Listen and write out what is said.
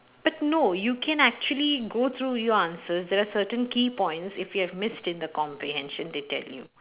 but no you can actually go through your answers there are certain key points if you have missed in the comprehension they tell you